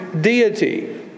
deity